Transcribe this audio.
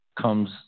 comes